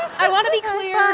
i want to be clear.